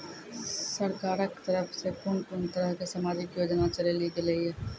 सरकारक तरफ सॅ कून कून तरहक समाजिक योजना चलेली गेलै ये?